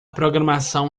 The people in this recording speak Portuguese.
programação